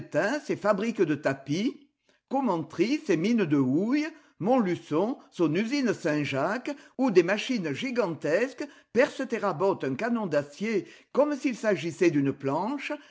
ses fabriques de tapis commentry ses mines de houille montluçon son usine saint-jacques où des machines gigantesques percent et rabotent un canon d'acier comme s'il s'agissait d'une planche